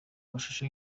amashusho